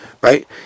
right